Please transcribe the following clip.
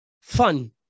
fun